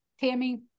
Tammy